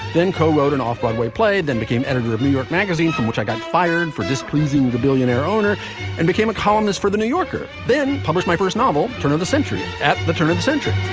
then co-wrote an off-broadway play, then became editor of new york magazine, from which i got fired for displeasing the the billionaire owner and became a columnist for the new yorker, then published my first novel, turn of the century at the turn of the century